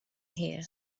here